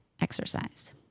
exercise